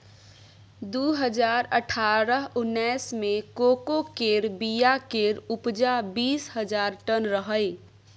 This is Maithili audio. दु हजार अठारह उन्नैस मे कोको केर बीया केर उपजा बीस हजार टन रहइ